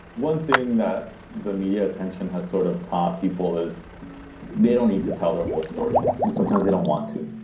one thing that the media attention has sort of top people is they don't need to tell their whole story sometimes they don't want to.